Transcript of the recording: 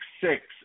six